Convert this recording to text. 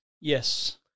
Yes